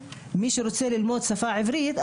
מי שרוצה ללמוד את השפה העברית,